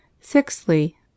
Sixthly